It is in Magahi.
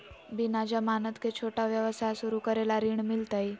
बिना जमानत के, छोटा व्यवसाय शुरू करे ला ऋण मिलतई?